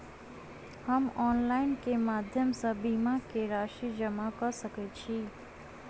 हम ऑनलाइन केँ माध्यम सँ बीमा केँ राशि जमा कऽ सकैत छी?